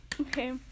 Okay